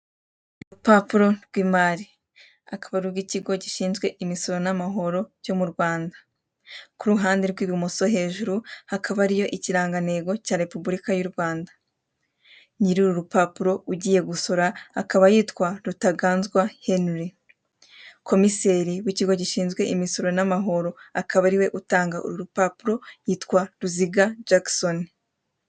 Urupapuro rw'imari, akaba ari urw'ikigo gishinzwe imisoro n'amahoro cyo mu Rwanda. Ku ruhande rw'ibumoso hejuru hakaba hariyo ikirangantego cya Repubulika y'u Rwanda. Nyiri uru rupapuro ugiye gusora akaba yitwa Rutaganzwa Henuri. Komiseri w'ikigo gishinzwe imisoro n'amahoro akaba ari we utanga uru rupapuro yitwa Ruziga jagisoni.